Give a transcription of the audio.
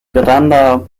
granda